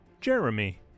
Jeremy